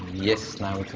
yes. now